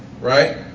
Right